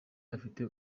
afite